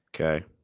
okay